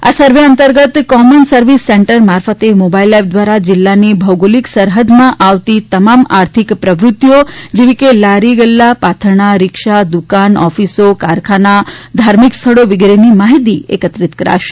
આ સર્વે અંતર્ગત common service centre mobile મોબાઇલ એપ દ્વારા જિલ્લાની ભૌગોલિક સરહદમાં આવતી તમામ આર્થિક પ્રવૃત્તિઓ જેવી કે લારી ગલ્લા પાથરણા રીક્ષા દુકાન ઓફિસો કારખાન ધાર્મિક સ્થળો વિગેરેની માહિતી એકત્રિત કરાશે